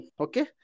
okay